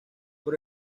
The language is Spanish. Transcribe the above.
por